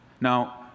Now